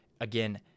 Again